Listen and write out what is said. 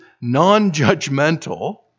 non-judgmental